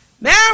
Now